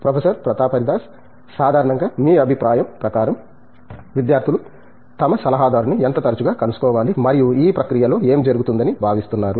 professor Pratap Haridas సాధారణంగా మీ అభిప్రాయం ప్రకారం విద్యార్థులు తమ సలహాదారుని ఎంత తరచుగా కలుసుకోవాలి మరియు ఈ ప్రక్రియలో ఏమి జరుగుతుందని భావిస్తున్నారు